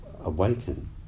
awaken